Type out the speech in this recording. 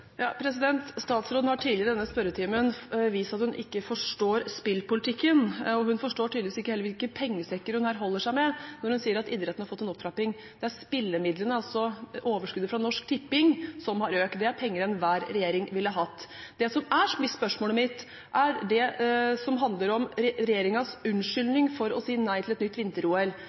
Statsråden har tidligere i denne spørretimen vist at hun ikke forstår spillpolitikken, og hun forstår tydeligvis heller ikke hvilke pengesekker hun her holder seg med, når hun sier at idretten har fått en opptrapping. Det er spillemidlene, altså overskuddet fra Norsk Tipping, som har økt. Det er penger enhver regjering ville hatt. Det som er spørsmålet mitt, er det som handler om regjeringens unnskyldning for å si nei til et nytt